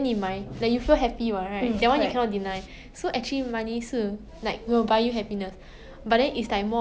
mm